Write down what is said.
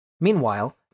Meanwhile